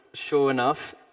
sure enough,